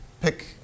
Pick